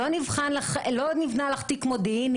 לא נבנה לך תיק מודיעיני,